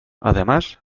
además